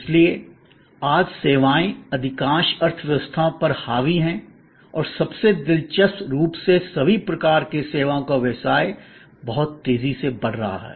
इसलिए आज सेवाएं अधिकांश अर्थव्यवस्थाओं पर हावी हैं और सबसे दिलचस्प रूप से सभी प्रकार के सेवाओं का व्यवसाय बहुत तेजी से बढ़ रहा है